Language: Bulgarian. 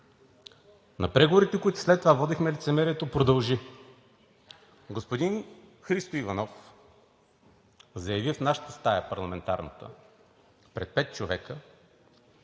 На преговорите, които след това водихме, лицемерието продължи. Господин Христо Иванов заяви в нашата парламентарна стая пред пет човека,